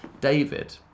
David